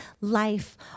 life